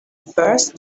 first